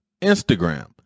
Instagram